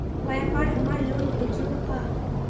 व्यापार हमार लोन भेजुआ?